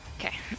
Okay